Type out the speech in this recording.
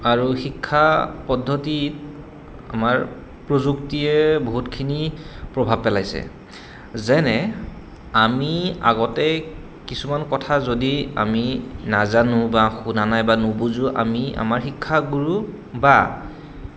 আৰু শিক্ষা পদ্ধতিত আমাৰ প্ৰযুক্তিয়ে বহুতখিনি প্ৰভাৱ পেলাইছে যেনে আমি আগতে কিছুমান কথা যদি আমি নাজানো বা শুনা নাই বা নুবুজো আমি আমাৰ শিক্ষাগুৰু বা